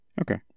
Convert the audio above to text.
Okay